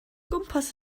gwmpas